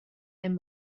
and